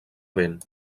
vent